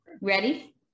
Ready